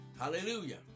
Hallelujah